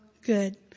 good